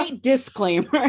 disclaimer